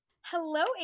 Hello